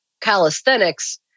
calisthenics